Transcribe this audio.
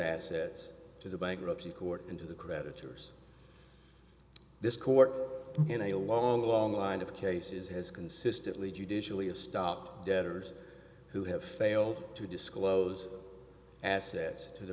assets to the bankruptcy court and to the creditors this court in a long long line of cases has consistently judicially a stop debtors who have failed to disclose asset to the